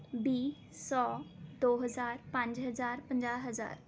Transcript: ਵੀਹ ਸੌ ਦੋ ਹਜ਼ਾਰ ਪੰਜ ਹਜ਼ਾਰ ਪੰਜਾਹ ਹਜ਼ਾਰ